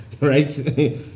right